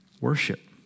Worship